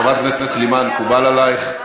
חברת הכנסת סלימאן, מקובל עלייך?